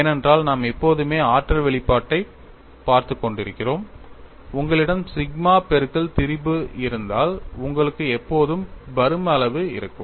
ஏனென்றால் நாம் எப்போதுமே ஆற்றல் வெளிப்பாட்டைப் பார்த்துக் கொண்டிருக்கிறோம் உங்களிடம் சிக்மா பெருக்கல் திரிபு இருந்தால் உங்களுக்கு எப்போதும் பரும அளவு இருக்கும்